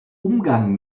umgang